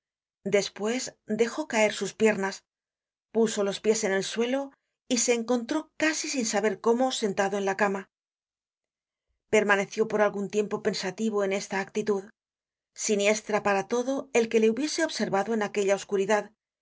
despues dejó caer sus piernas puso los pies en el suelo y se encontró casi sin saber cómo sentado en la cama permaneció por algun tiempo pensativo en esta actitud siniestra para todo el que le hubiese observado en aquella oscuridad